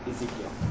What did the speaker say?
Ezekiel